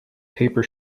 paper